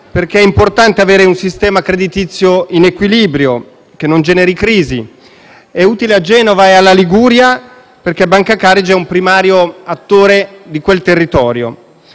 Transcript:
perché è importante avere un sistema creditizio in equilibrio, che non generi crisi. È utile a Genova e alla Liguria, perché Banca Carige è un primario attore di quel territorio.